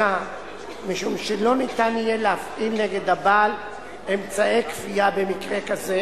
משום שלא ניתן יהיה להפעיל נגד הבעל במקרה כזה